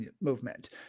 Movement